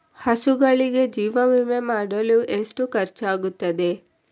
ಹಸುಗಳಿಗೆ ಜೀವ ವಿಮೆ ಮಾಡಲು ಎಷ್ಟು ಖರ್ಚಾಗುತ್ತದೆ?